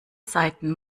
seiten